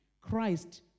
Christ